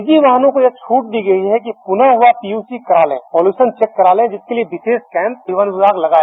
निजी वाहनों को यह छूट दी गयी है कि वह पुनः पीयूसी करा लें पॉलुशन चेक करा लें जिसके लिए विशेष कैंप परिवहन विभाग लगाया